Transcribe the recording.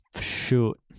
shoot